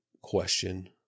question